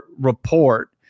report